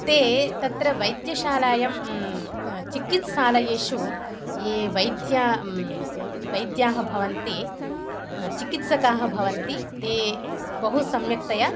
ते तत्र वैद्यशालायां चिकित्सालयेषु ये वैद्याः वैद्याः भवन्ति चिकित्सकाः भवन्ति ते बहु सम्यक्तया